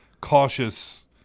cautious